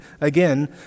again